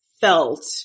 felt